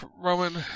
roman